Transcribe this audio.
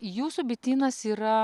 jūsų bitynas yra